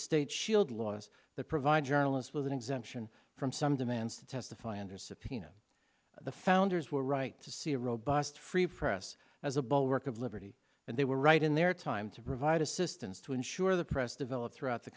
state shield laws that provide journalists with an exemption from some demands to testify under subpoena the founders were right to see a robust free press as a bulwark of liberty and they were right in their time to provide assistance to ensure the press develop throughout the